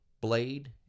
blade